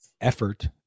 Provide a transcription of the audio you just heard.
effort